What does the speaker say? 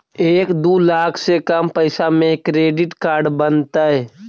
एक दू लाख से कम पैसा में क्रेडिट कार्ड बनतैय?